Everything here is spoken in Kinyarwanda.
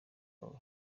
wawe